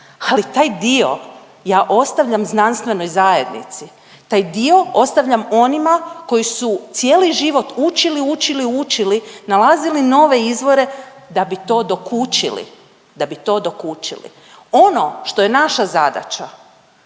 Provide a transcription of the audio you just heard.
Ali taj dio ja ostavljam znanstvenoj zajednici, taj dio ostavljam onima koji su cijeli život učili, učili, učili, nalazili nove izvore da bi to dokučili, da bi to dokučili. Ono što je naša zadaća